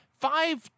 five